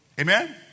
Amen